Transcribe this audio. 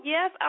Yes